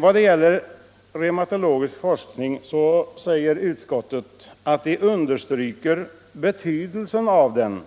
När det gäller reumatologisk forskning understryker utskottet betydelsen av denna,